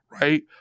right